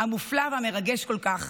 המופלא והמרגש כל כך,